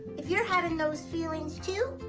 if you're having those feelings, too,